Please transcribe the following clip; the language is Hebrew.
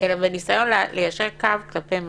אלא לנסות ליישר קו כלפי מעלה,